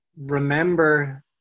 remember